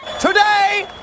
Today